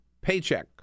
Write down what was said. paycheck